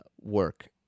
work